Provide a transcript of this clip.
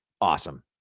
awesome